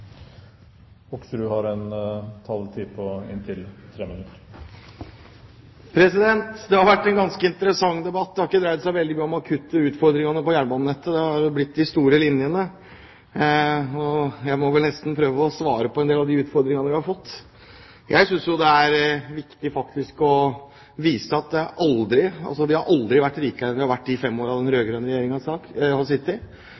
har vært en ganske interessant debatt. Det har ikke dreid seg veldig mye om de akutte utfordringene på jernbanenettet, det har blitt de store linjene. Og jeg må vel nesten prøve å svare på en del av de utfordringene vi har fått. Jeg synes det er viktig å vise til at vi aldri har vært rikere enn vi har vært de fem årene den rød-grønne regjeringen har sittet.